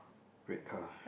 red car